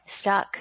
stuck